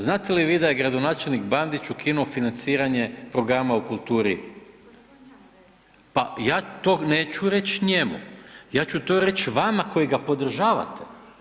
Znate li vi da je gradonačelnik Bandić ukinuo financiranje programa o kulturi? … [[Upadica iz klupe se ne razumije]] Pa ja to neću reć njemu, ja ću to reć vama koji ga podržavate.